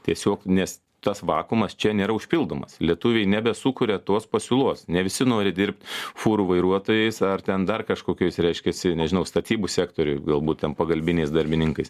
tiesiog nes tas vakuumas čia nėra užpildomas lietuviai nebesukuria tos pasiūlos ne visi nori dirbt fūrų vairuotojais ar ten dar kažkokiais reiškiasi nežinau statybų sektoriuj galbūt ten pagalbiniais darbininkais